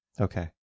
Okay